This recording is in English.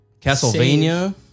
Castlevania